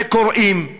וקוראים: